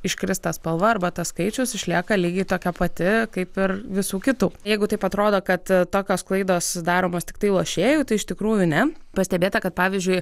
iškris ta spalva arba tas skaičius išlieka lygiai tokia pati kaip ir visų kitų jeigu taip atrodo kad tokios klaidos daromos tiktai lošėjų tai iš tikrųjų ne pastebėta kad pavyzdžiui